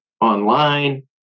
online